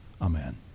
Amen